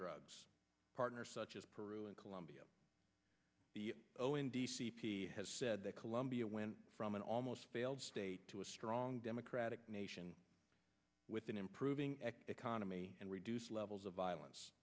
drug partner such as peru and colombia the zero in d c p has said that colombia went from an almost failed state to a strong democratic nation with an improving economy and reduced levels of violence